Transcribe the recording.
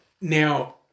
Now